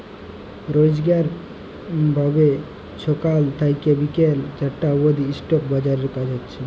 রইজকার ভাবে ছকাল থ্যাইকে বিকাল চারটা অব্দি ইস্টক বাজারে কাজ হছে